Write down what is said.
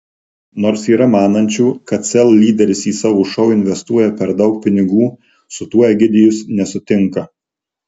nors yra manančių kad sel lyderis į savo šou investuoja per daug pinigų su tuo egidijus nesutinka